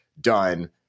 done